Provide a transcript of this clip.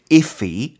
iffy